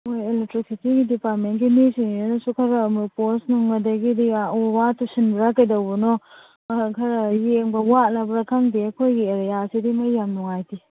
ꯃꯈꯣꯏ ꯏꯂꯦꯛꯇ꯭ꯔꯤꯁꯤꯇꯤꯒꯤ ꯗꯤꯄꯥꯔ꯭ꯇꯃꯦꯟꯒꯤ ꯃꯤꯁꯤꯡꯁꯤꯅꯁꯨ ꯈꯔ ꯑꯃꯨꯛ ꯄꯣꯁꯅꯪ ꯑꯗꯒꯤꯗꯤ ꯎ ꯋꯥ ꯇꯨꯁꯤꯟꯕ꯭ꯔꯥ ꯀꯩꯗꯧꯕꯅꯣ ꯈꯔ ꯌꯦꯡꯕ ꯋꯥꯠꯂꯕ꯭ꯔꯥ ꯈꯪꯗꯦ ꯑꯩꯈꯣꯏꯒꯤ ꯑꯦꯔꯤꯌꯥꯁꯤꯗꯤ ꯃꯩ ꯌꯥꯝ ꯅꯨꯡꯉꯥꯏꯇꯦ